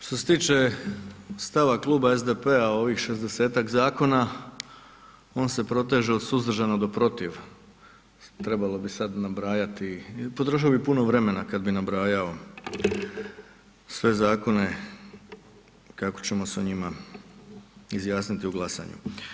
Što se tiče stava kluba SDP-a o ovih 60-ak zakona on se proteže od suzdržanog do protiv, trebalo bi sad nabrajati i potrošio bih puno vremena kada bih nabrajao sve zakone kako ćemo se o njima izjasniti u glasanju.